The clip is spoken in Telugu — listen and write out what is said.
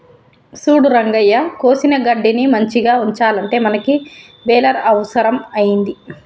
సూడు రంగయ్య కోసిన గడ్డిని మంచిగ ఉంచాలంటే మనకి బెలర్ అవుసరం అయింది